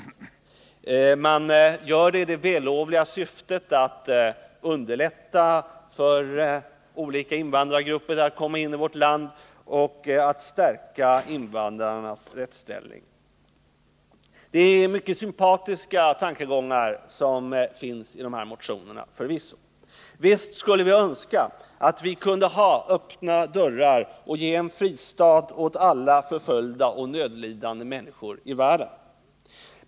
Man gör det i det vällovliga syftet att underlätta för olika invandrargrupper att komma in i vårt land och stärka invandrarnas rättsställning. Det är mycket sympatiska tankegångar som finns i de här motionerna, förvisso. Visst skulle vi önska att vi kunde ha öppna dörrar och ge en fristad åt alla förföljda och nödlidande människor i världen.